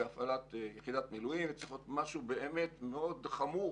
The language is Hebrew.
בהפעלת יחידת מילואים וצריך להיות משהו באמת מאוד חמור